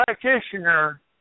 practitioner